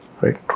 right